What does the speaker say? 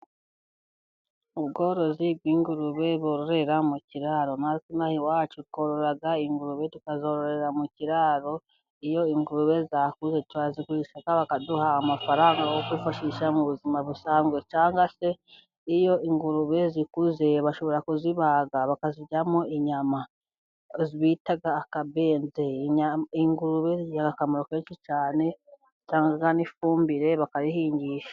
Ubworozi bw'ingurube bororerera mu kiraro, natwe inaha iwacu tworora ingurube tukazororera mu kiraro, iyo ingurube zakuze turazigusha bakaduha amafaranga yo kwifashisha mu buzima busanzwe, cyangwa se iyo ingurube zikuze bashobora kuzibaga bakaziryamo inyama bita akabenzi. Ingurube zigira akamaro kenshi cyane, zitanga n'ifumbire bakayihingisha.